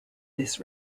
this